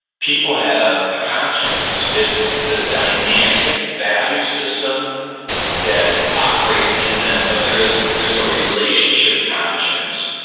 people have a conscience. it's it's the dynamic value system that operates in them. but there's there's a relationship conscience.